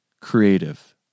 Creative